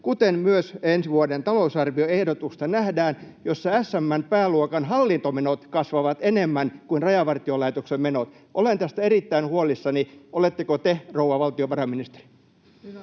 nähdään myös ensi vuoden talousarvioehdotuksesta, jossa SM:n pääluokan hallintomenot kasvavat enemmän kuin Rajavartiolaitoksen menot. Olen tästä erittäin huolissani. Oletteko te, rouva valtiovarainministeri?